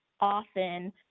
often